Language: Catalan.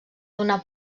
donar